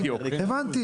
הבנתי.